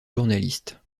journaliste